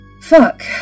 Fuck